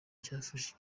cyafashe